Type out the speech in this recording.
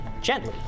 gently